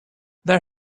there